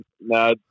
No